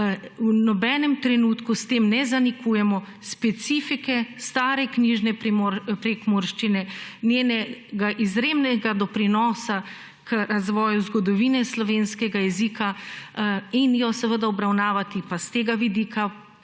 v nobenem trenutku s tem ne zanikujemo specifike stare knjižne prekmurščine, njenega izjemnega doprinosa k razvoju zgodovine slovenskega jezika in jo seveda obravnavati pa s tega vidika